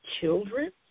children